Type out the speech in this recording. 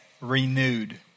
renewed